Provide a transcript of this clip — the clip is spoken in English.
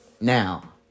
Now